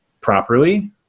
properly